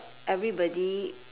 everybody